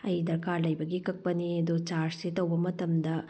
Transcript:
ꯑꯩ ꯗꯔꯀꯥꯔ ꯂꯩꯕꯒꯤ ꯀꯛꯄꯅꯤ ꯑꯗꯨ ꯆꯥꯔꯖꯁꯤ ꯇꯧꯕ ꯃꯇꯝꯗ